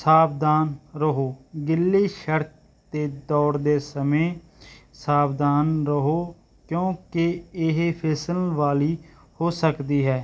ਸਾਵਧਾਨ ਰਹੋ ਗਿੱਲੀ ਸੜਕ 'ਤੇ ਦੌੜਦੇ ਸਮੇਂ ਸਾਵਧਾਨ ਰਹੋ ਕਿਉਂਕਿ ਇਹ ਫਿਸਲਣ ਵਾਲੀ ਹੋ ਸਕਦੀ ਹੈ